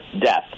death